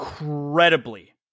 incredibly